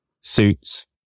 suits